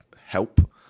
help